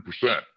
percent